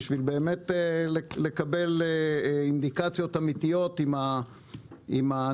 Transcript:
בשביל באמת לקבל אינדיקציות אמיתיות אם הנתונים